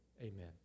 amen